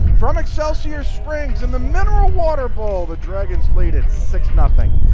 from excelsior springs in the mineral water bowl the dragons lead it six nothing.